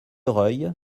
reuil